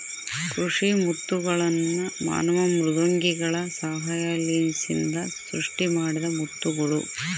ಕೃಷಿ ಮುತ್ತುಗಳ್ನ ಮಾನವ ಮೃದ್ವಂಗಿಗಳ ಸಹಾಯಲಿಸಿಂದ ಸೃಷ್ಟಿಮಾಡಿದ ಮುತ್ತುಗುಳು